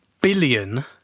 billion